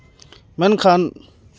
ᱢᱮᱱᱠᱷᱟᱱ